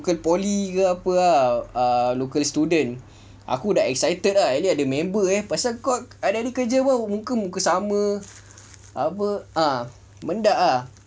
local poly ke apa ah local student aku dah excited ah at least ada member eh pasal kau hari-hari kerja pun muka muka sama mendak ah